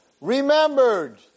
remembered